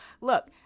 Look